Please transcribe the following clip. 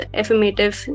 affirmative